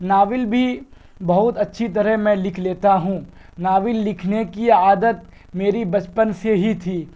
novel بھی بہت اچھی طرح میں لکھ لیتا ہوں ناول لکھنے کی عادت میری بچپن سے ہی تھی